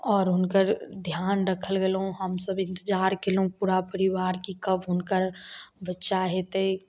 आओर हुनकर ध्यान राखल गेलै हमसभ इन्तजार केलहुॅं पूरा परिवा के कब हुनकर बच्चा हेतै